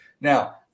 Now